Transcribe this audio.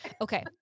Okay